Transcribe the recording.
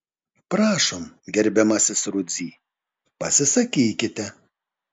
prašom gerbiamasis rudzy pasisakykite